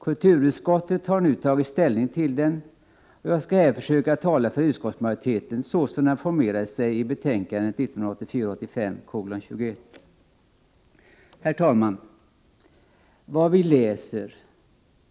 Kulturutskottet har nu tagit ställning till den, och jag skall här försöka tala för utskottsmajoriteten så som den formerat sig i betänkandet 1984/85:21. Herr talman!